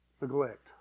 Neglect